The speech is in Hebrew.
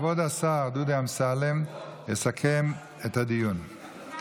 כבוד השר דודי אמסלם יסכם את הדיון.